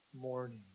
morning